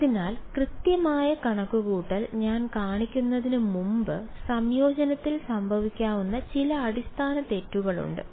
അതിനാൽ കൃത്യമായ കണക്കുകൂട്ടൽ ഞാൻ കാണിക്കുന്നതിന് മുമ്പ് സംയോജനത്തിൽ സംഭവിക്കാവുന്ന ചില അടിസ്ഥാന തെറ്റുകൾ ഉണ്ട്